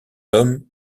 homme